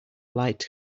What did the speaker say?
light